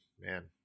man